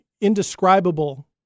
indescribable